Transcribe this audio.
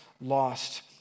lost